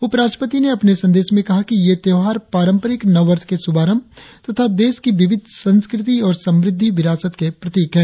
उपराष्ट्रपति ने अपने संदेश में कहा कि ये त्यौहार पारंपरिक नववर्ष के शुभारंभ तथा देश की विविध संस्कृति और समृद्धि विरासत के प्रतीक है